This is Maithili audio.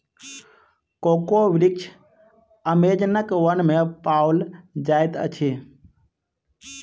कोको वृक्ष अमेज़नक वन में पाओल जाइत अछि